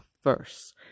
first